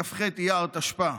לכ"ח באייר תשפ"א.